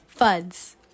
FUDs